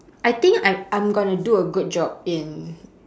I think I'm I'm gonna do a good job in